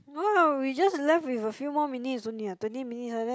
no lah we just left with a few more minutes only ah twenty minutes like that